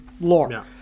lore